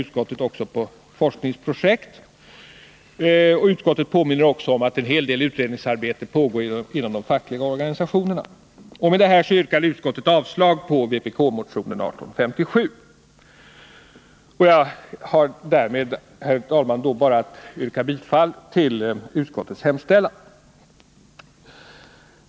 Utskottet pekar också på forskningsprojekt och påminner om att en hel del utredningsarbete pågår inom de fackliga organisationerna. Med detta avstyrker utskottet vpk-motionen 1857. Jag har därmed, herr talman, bara att yrka bifall till utskottets hemställan.